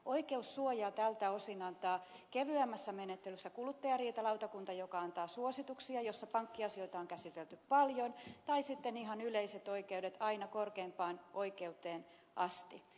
oikeussuojaa tältä osin antaa kevyemmässä menettelyssä kuluttajariitalautakunta joka antaa suosituksia joissa pankkiasioita on käsitelty paljon tai sitten ihan yleiset oikeudet aina korkeimpaan oikeuteen asti